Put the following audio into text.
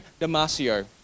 Damasio